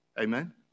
Amen